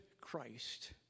Christ